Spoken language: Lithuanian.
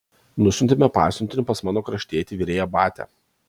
nusiuntėme pasiuntinį pas mano kraštietį virėją batią